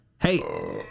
Hey